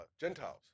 Gentiles